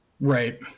Right